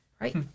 right